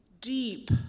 deep